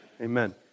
Amen